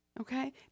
Okay